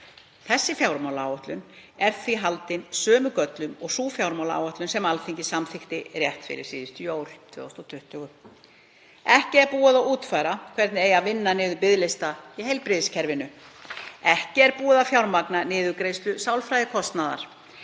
Þessi fjármálaáætlun er því haldin sömu göllum og sú fjármálaáætlun sem Alþingi samþykkti rétt fyrir síðustu jól. Ekki er búið að útfæra hvernig eigi að vinna niður biðlista í heilbrigðiskerfinu. Ekki er búið að fjármagna niðurgreiðslu sálfræðikostnaðar.